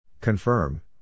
Confirm